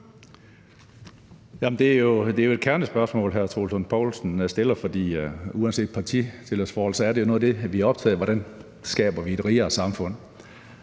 Det er jo et kernespørgsmål, hr. Troels Lund Poulsen stiller, for uanset partitilhørsforhold er det jo noget af det, vi er optaget af, altså hvordan vi skaber et rigere samfund.